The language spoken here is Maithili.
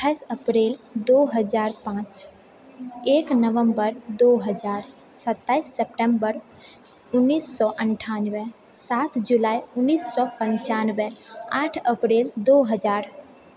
अठाइस अप्रिल दु हजार पाँच एक नवंबर दु हजार सत्ताइस सेप्टेम्बर उन्नैस सए अण्ठानबे सात जुलाइ उन्नैस सए पंचानबे आठ अप्रिल दु हजार